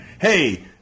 Hey